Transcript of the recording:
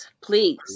please